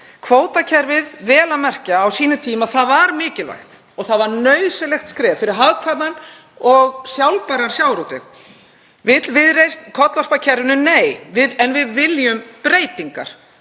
Kvótakerfið, vel að merkja, var á sínum tíma mikilvægt og það var nauðsynlegt skref fyrir hagkvæman og sjálfbæran sjávarútveg. Vill Viðreisn kollvarpa kerfinu? Nei, en við viljum breytingar,